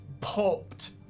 popped